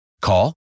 Call